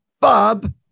Bob